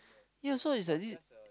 yea so is like this